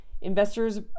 investors